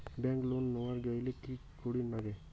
Bank loan নেওয়ার গেইলে কি করীর নাগে?